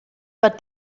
but